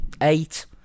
eight